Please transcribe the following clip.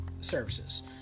services